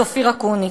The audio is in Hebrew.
את אופיר אקוניס.